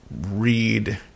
read